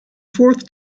fourth